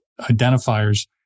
identifiers